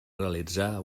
realitza